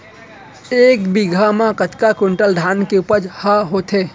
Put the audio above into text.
एक बीघा म कतका क्विंटल धान के उपज ह होथे?